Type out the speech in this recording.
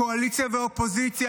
קואליציה ואופוזיציה,